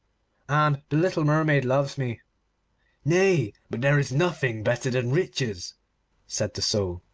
and the little mermaid loves me nay, but there is nothing better than riches said the soul.